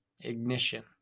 ignition